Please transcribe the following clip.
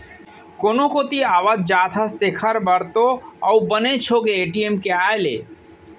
कोनो कोती आवत जात हस तेकर बर तो अउ बनेच होगे ए.टी.एम के आए ले